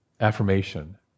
affirmation